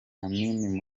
amin